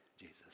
Jesus